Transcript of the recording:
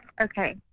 Okay